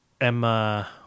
Emma